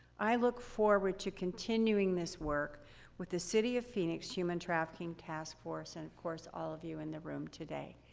i look forward to continuing this work with the city of phoenix human trafficking task force, and, of course, all of you are in the room today.